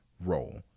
roll